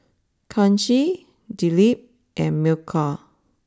Kanshi Dilip and Milkha